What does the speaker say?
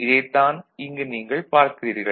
இதைத் தான் இங்கு நீங்கள் பார்க்கிறீர்கள்